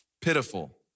pitiful